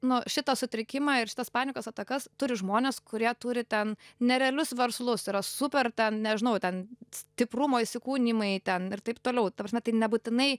nu šitą sutrikimą ir šitas panikos atakas turi žmonės kurie turi ten nerealius verslus yra super ten nežinau ten stiprumo įsikūnijimai ten ir taip toliau ta prasme tai nebūtinai